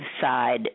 side